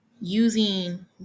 using